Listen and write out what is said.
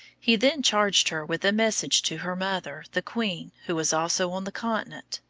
he then charged her with a message to her mother, the queen, who was also on the continent.